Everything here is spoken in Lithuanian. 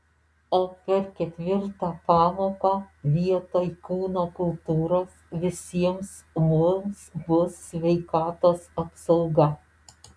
o per ketvirtą pamoką vietoj kūno kultūros visiems mums bus sveikatos apsauga